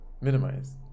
minimize